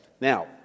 Now